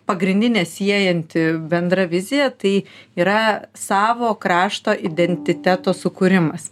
pagrindinė siejanti bendra vizija tai yra savo krašto identiteto sukūrimas